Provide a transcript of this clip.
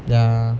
ya